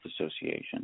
Association